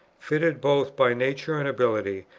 fitted both by nature and ability,